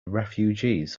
refugees